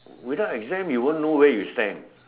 without exam you won't know where you stand